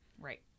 right